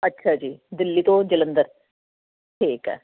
ਅੱਛਾ ਜੀ ਦਿੱਲੀ ਤੋਂ ਜਲੰਧਰ ਠੀਕ ਆ